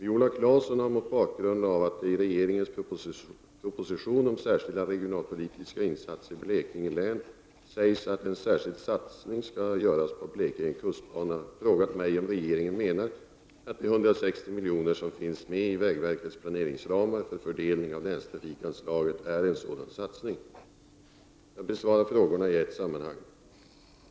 Viola Claesson har, mot bakgrund av att det i regeringens proposition om särskilda regionalpolitiska insatser i Blekinge län sägs att en särskild satsning skall göras på Blekinge kustbana, frågat mig om regeringen menar att de 160 miljoner som finns med i vägverkets planeringsramar för fördelning av länstrafikanslaget är en sådan satsning. Jag besvarar frågorna i ett sammanhang.